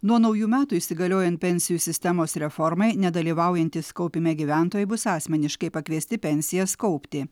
nuo naujų metų įsigaliojant pensijų sistemos reformai nedalyvaujantys kaupime gyventojai bus asmeniškai pakviesti pensijas kaupti